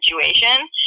situation